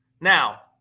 Now